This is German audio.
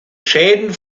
schäden